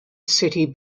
city